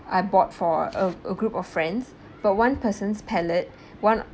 I bought four a a group of friends but one person's palette one